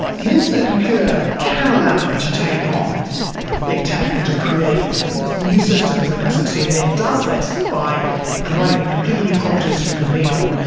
the internet computer can allow you to take on big tech and to create new systems that can succeed and it does this by providing completely new properties you can lean on.